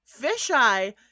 Fisheye